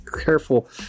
careful